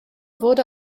wurde